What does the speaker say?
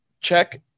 Check